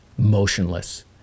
motionless